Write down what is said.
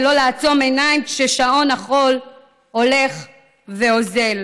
ולא לעצום עיניים כששעון החול הולך ואוזל.